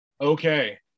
okay